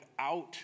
out